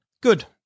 Good